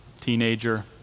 Teenager